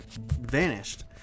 vanished